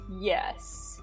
Yes